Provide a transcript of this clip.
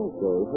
Okay